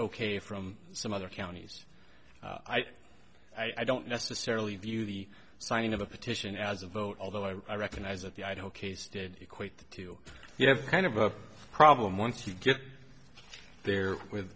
ok from some other counties i think i don't necessarily view the signing of a petition as a vote although i recognize that the idaho case did equate to you have kind of a problem once you get there with